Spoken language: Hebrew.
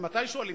מתי שואלים,